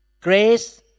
Grace